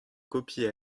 copie